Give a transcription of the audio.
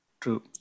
True